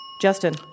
Justin